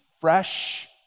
fresh